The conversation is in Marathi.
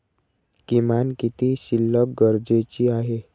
किमान किती शिल्लक गरजेची आहे?